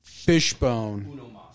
Fishbone